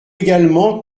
également